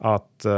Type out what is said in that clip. Att